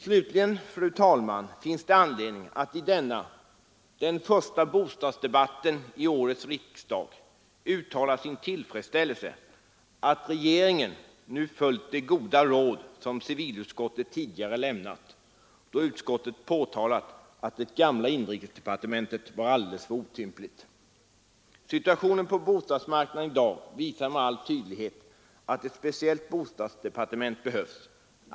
Slutligen, fru talman, finns det anledning att i denna den första bostadsdebatten vid årets riksdag uttala en tillfredsställelse över att regeringen nu följt det goda råd som civilutskottet tidigare givit, då utskottet påtalat att det gamla inrikesdepartementet var alldeles för otympligt. Situationen på bostadsmarknaden i dag visar med all tydlighet att ett speciellt bostadsdepartement behövs.